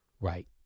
Right